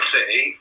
City